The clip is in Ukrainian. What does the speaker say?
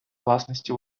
власності